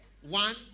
One